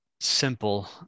simple